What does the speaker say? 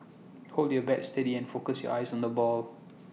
hold your bat steady and focus your eyes on the ball